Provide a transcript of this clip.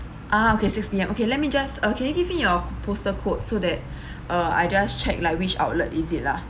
ah okay six P_M okay let me just uh can you give me your postal code so that uh I just check like which outlet is it lah